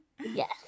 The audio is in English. yes